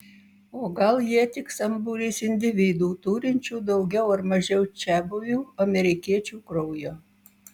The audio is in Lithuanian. o gal jie tik sambūris individų turinčių daugiau ar mažiau čiabuvių amerikiečių kraujo